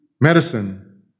medicine